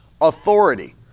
authority